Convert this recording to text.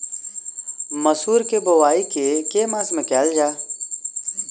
मसूर केँ बोवाई केँ के मास मे कैल जाए?